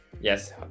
Yes